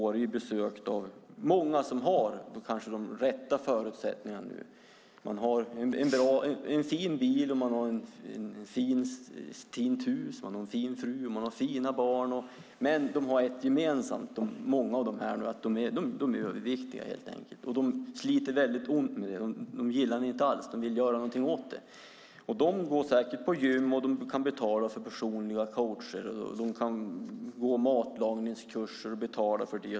Åre besöks ju av många som kanske har de rätta förutsättningarna. De har en fin bil, ett fint hus, en fin fru och fina barn. Många av de här har ett gemensamt, och det är att de är överviktiga helt enkelt. De sliter väldigt ont av det. De gillar det inte alls. De vill göra någonting åt. De går säkert på gym, och de kan betala för personliga coacher. De kan gå matlagningskurser och betala för det.